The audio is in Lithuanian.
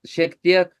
šiek tiek